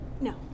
No